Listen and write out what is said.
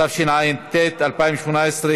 התשע"ט 2018,